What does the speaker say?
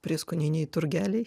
prieskoniniai turgeliai